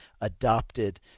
adopted